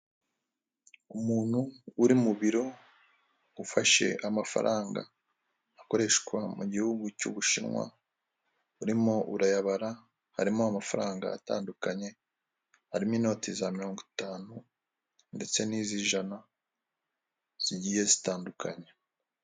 Umuntu uri mu biro ufashe amafaranga akoreshwa mu gihugu cy'ubushinwa urimo urayabara harimo amafaranga atandukanye harimo inoti za mirongo itanu, ndetse n'izijana zigiye zitandukanye.